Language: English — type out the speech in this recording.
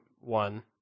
one